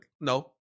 No